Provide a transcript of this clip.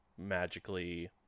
magically